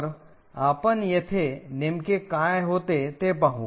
तर आपण येथे नेमके काय होते ते पाहू